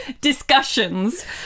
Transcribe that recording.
discussions